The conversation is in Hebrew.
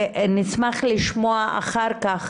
נשמח לשמוע אחר כך